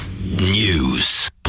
News